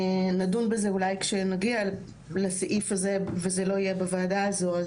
נדון בזה אולי כשנגיע לסעיף הזה וזה לא יהיה בוועדה הזאת.